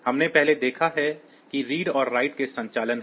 हमने पहले देखा है कि read और write के संचालन हैं